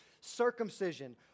circumcision